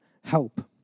help